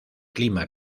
clima